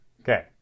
Okay